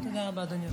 אם יש כאלה שחושבים